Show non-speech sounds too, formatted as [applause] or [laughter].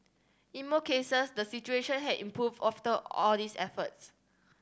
in more cases the situation had improved [unintelligible] all these efforts